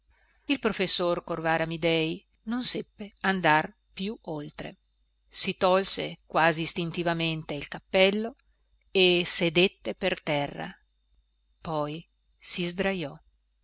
il professor corvara amidei non seppe andar più oltre si tolse quasi istintivamente il cappello e sedette per terra poi si sdrajò